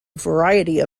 variety